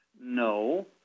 No